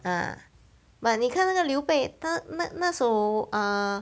ah but 你看那个刘备他那那首 ah